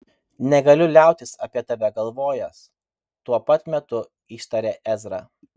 negaliu liautis apie tave galvojęs tuo pat metu ištarė ezra